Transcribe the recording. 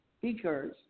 speakers